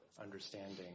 understanding